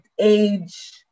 age